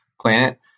planet